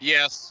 Yes